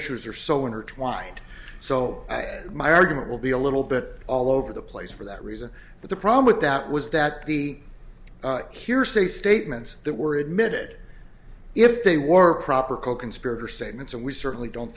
issues are so intertwined so my argument will be a little bit all over the place for that reason but the problem with that was that the cure say statements that were admitted if they were proper coconspirator statements and we certainly don't